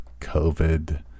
covid